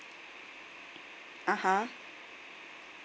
(uh huh)